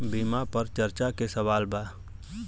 बीमा पर चर्चा के सवाल बा?